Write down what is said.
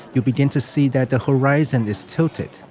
you'll begin to see that the horizon is tilted,